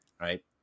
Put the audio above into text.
right